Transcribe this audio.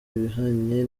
ibihwanye